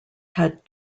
had